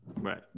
Right